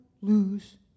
lose